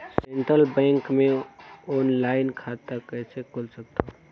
Central bank मे offline खाता कइसे खोल सकथव?